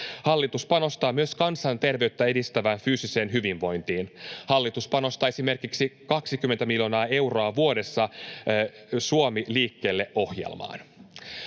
Hallitus panostaa myös kansanterveyttä edistävään fyysiseen hyvinvointiin. Hallitus panostaa esimerkiksi 20 miljoonaa euroa vuodessa Suomi liikkeelle ‑ohjelmaan.